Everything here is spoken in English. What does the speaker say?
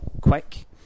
quick